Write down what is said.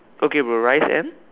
okay bro rice and